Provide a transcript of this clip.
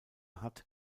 hat